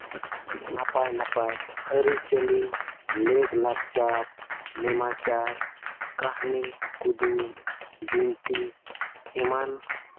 ᱱᱟᱯᱟᱭ ᱱᱟᱯᱟᱭ ᱟᱹᱨᱤᱪᱟᱹᱞᱤ ᱞᱮᱠ ᱞᱟᱠᱪᱟᱨ ᱱᱮᱢᱟᱪᱟᱨ ᱠᱟᱹᱦᱱᱤ ᱠᱩᱫᱩᱢ ᱵᱤᱱᱛᱤ ᱮᱢᱟᱱ